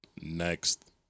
next